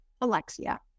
Alexia